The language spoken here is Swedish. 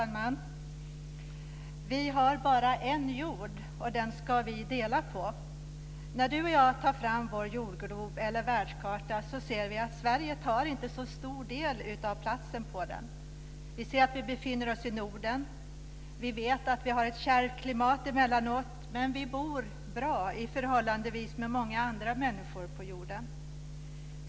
Fru talman! Vi har bara en jord, och den ska vi dela på. När du och jag tar fram vår jordglob eller världskarta ser vi att Sverige inte tar upp så stor plats. Vi ser att vi befinner oss i Norden. Vi vet att vi har ett kärvt klimat emellanåt. Men vi bor bra i jämförelse med många andra människor på jorden.